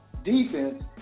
defense